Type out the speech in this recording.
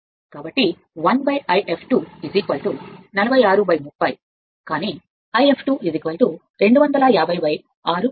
కాబట్టి 1 ∅ 2 46 30 కానీ ∅ 2 250 R 250 కాబట్టి ఈ 46 30